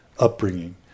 upbringing